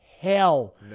hell